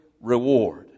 reward